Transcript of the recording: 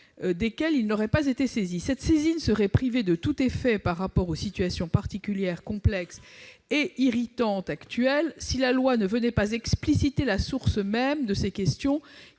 desquels il n'aurait pas été saisi. Cette saisine serait privée de tout effet par rapport aux situations particulières, complexes et irritantes actuelles, si la loi n'explicitait pas la source même de ces questions,